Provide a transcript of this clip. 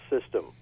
system